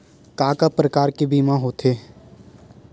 का का प्रकार के बीमा होथे?